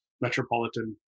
metropolitan